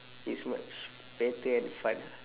it's much better and fun lah